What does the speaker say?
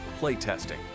playtesting